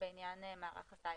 בעניין מערך הסייבר.